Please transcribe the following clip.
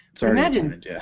Imagine